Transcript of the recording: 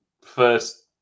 first